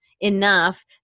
enough